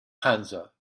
panza